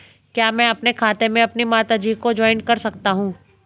क्या मैं अपने खाते में अपनी माता जी को जॉइंट कर सकता हूँ?